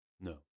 no